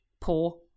poor